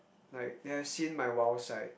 like they have seen my wild side